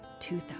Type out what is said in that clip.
2000